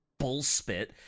bullspit